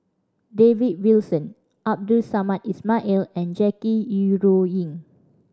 David Wilson Abdul Samad Ismail and Jackie Yi Ru Ying